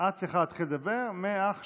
את צריכה להתחיל לדבר מעכשיו.